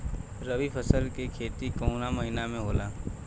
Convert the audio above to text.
रवि फसल के खेती कवना महीना में होला?